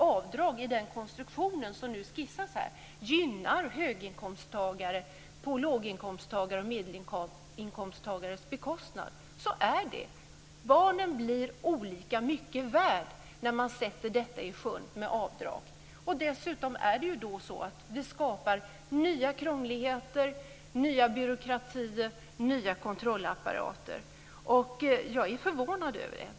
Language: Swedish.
Avdrag i den konstruktion som nu skissas här gynnar ju höginkomsttagare på låginkomsttagares och medelinkomsttagares bekostnad. Så är det. Barnen blir olika mycket värda när man sätter detta med avdrag i sjön. Det skapar dessutom nya krångligheter, nya byråkratier och nya kontrollapparater. Jag är förvånad över det.